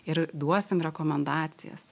ir duosim rekomendacijas